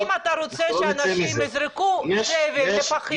כי אם אתה רוצה שאנשים יזרקו לפחים,